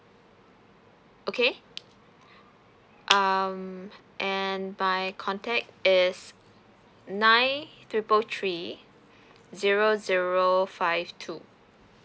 okay um and my contact is nine triple three zero zero five two